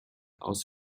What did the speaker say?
aus